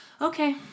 okay